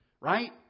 right